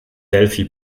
delphi